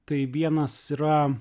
tai vienas yra